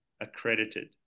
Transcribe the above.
accredited